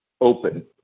open